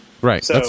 Right